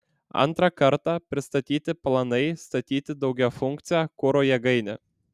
antrą kartą pristatyti planai statyti daugiafunkcę kuro jėgainę